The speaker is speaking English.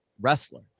wrestler